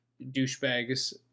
douchebags